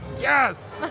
Yes